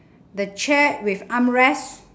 the chair with armrest